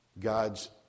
God's